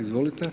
Izvolite.